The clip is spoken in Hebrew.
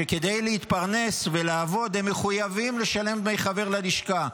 שכדי להתפרנס ולעבוד הם מחויבים לשלם דמי חבר ללשכה.